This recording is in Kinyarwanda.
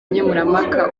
nkemurampaka